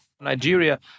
Nigeria